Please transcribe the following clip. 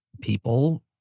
people